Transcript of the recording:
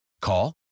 Call